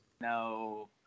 No